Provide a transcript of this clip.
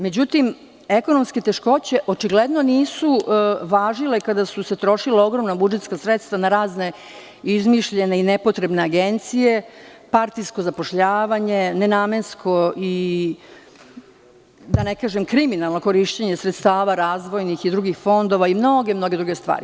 Međutim, ekonomske teškoće očigledno nisu važile kada su se trošila ogromna budžetska sredstva na razne izmišljene i nepotrebne agencije, partijsko zapošljavanje, nenamensko i, da ne kažem, kriminalno korišćenje sredstava razvojnih i drugih fondova i mnoge, mnoge druge stvari.